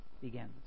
begins